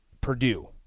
Purdue